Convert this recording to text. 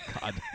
God